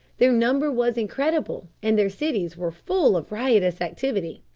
their number was incredible, and their cities were full of riotous activity.